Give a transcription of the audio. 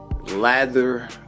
lather